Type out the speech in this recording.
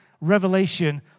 Revelation